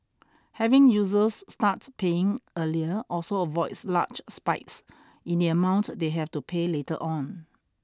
having users start paying earlier also avoids large spikes in the amount they have to pay later on